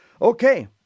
Okay